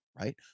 right